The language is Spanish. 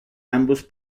ambos